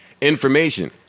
information